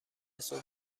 صبح